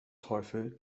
teufel